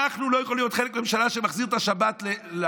אנחנו לא יכולים להיות חלק מממשלה שמחזירה את השבת לרומאים,